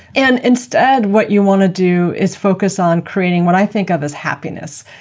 and instead what you want to do is focus on creating what i think of as happiness.